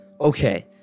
Okay